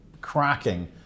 cracking